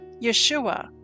Yeshua